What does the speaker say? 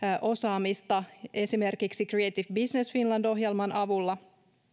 osaamista esimerkiksi creative business finland ohjelman avulla